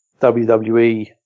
WWE